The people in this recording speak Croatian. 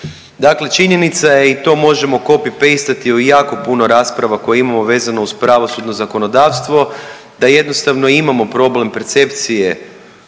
Dakle, činjenica je i to možemo copy paste u jako puno rasprava koje imamo vezano uz pravosudno zakonodavstvo da jednostavno imamo problem percepcije